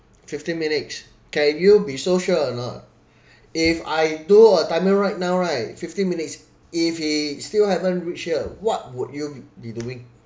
fifteen minutes can you be so sure or not if I do a timer right now right fifteen minutes if he still haven't reached here what would you be be doing